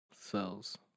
cells